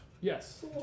yes